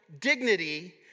dignity